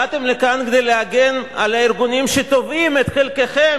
באתם לכאן כדי להגן על הארגונים שתובעים את חלקכם,